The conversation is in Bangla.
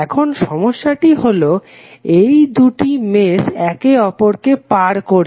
এখন সমস্যাটি হলো এই দুটি মেশ একে অপরকে পার করছে